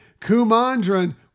Kumandran